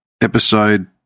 episode